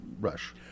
Rush